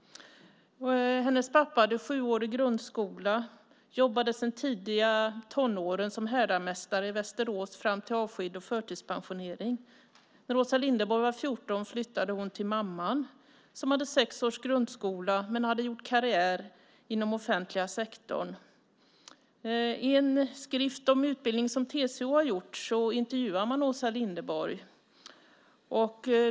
Hennes pappa hade sjuårig grundskola, jobbade sedan tidiga tonåren som härdarmästare i Västerås fram till avsked och förtidspensionering. När Åsa Linderborg var 14 år flyttade hon till mamman som hade sex års grundskola men hade gjort karriär inom offentliga sektorn. I en skrift om utbildning som TCO har gett ut intervjuar man Åsa Linderborg.